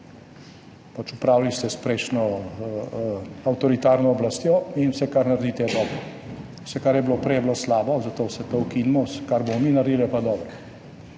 Opravili ste s prejšnjo avtoritarno oblastjo in vse, kar naredite, je dobro. Vse kar je bilo prej, je bilo slabo, zato vse to ukinimo. Kar bomo mi naredili, je pa dobro.